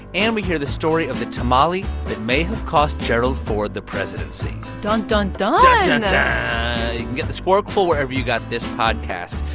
and we hear the story of the tamale that may have cost gerald ford the presidency dun, dun, dun get the sporkful wherever you got this podcast.